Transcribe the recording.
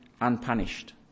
unpunished